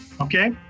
Okay